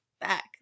back